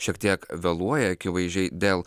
šiek tiek vėluoja akivaizdžiai dėl